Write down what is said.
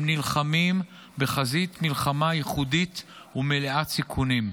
הם נלחמים בחזית מלחמה ייחודית ומלאת סיכונים.